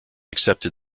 accepted